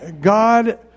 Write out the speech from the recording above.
God